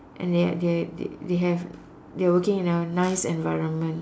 and they have they they have they are working in a nice environment